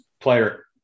Player